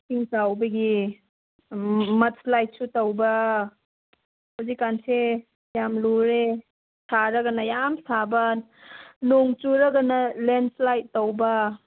ꯏꯁꯤꯡ ꯆꯥꯎꯕꯒꯤ ꯃꯗ ꯁ꯭ꯂꯥꯏꯗꯁꯨ ꯇꯧꯕ ꯍꯧꯖꯤꯛ ꯀꯥꯟꯁꯦ ꯌꯥꯝ ꯂꯨꯔꯦ ꯁꯥꯔꯒꯅ ꯌꯥꯝ ꯁꯥꯕ ꯅꯣꯡ ꯆꯨꯔꯒꯅ ꯂꯦꯟ ꯁ꯭ꯂꯥꯏꯗ ꯇꯧꯕ